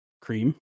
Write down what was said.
cream